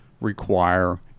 require